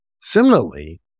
similarly